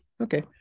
Okay